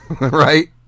right